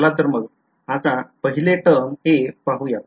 चला तर मग आता पहिले टर्म a पाहुयात